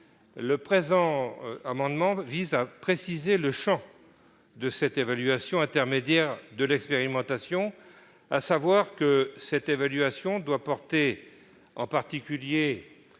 Le présent amendement vise à préciser le champ de cette évaluation intermédiaire de l'expérimentation. Elle doit porter, en particulier,